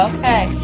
Okay